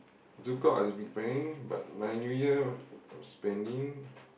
ZoukOut I've been planning but my New Year spending